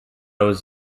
was